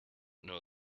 know